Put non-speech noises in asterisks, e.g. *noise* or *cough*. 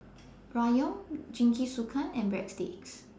*noise* Ramyeon Jingisukan and Breadsticks